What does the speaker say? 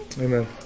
Amen